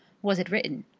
was it written.